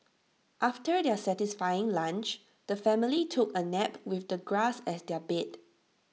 after their satisfying lunch the family took A nap with the grass as their bed